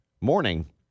Morning